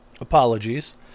Apologies